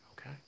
Okay